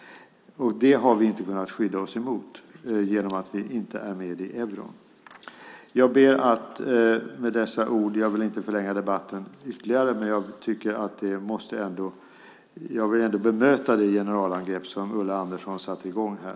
Det har vi inte kunnat skydda oss emot genom att vi inte är med i euron. Jag vill inte förlänga debatten ytterligare, men jag ville ändå bemöta det generalangrepp som Ulla Andersson satte i gång här.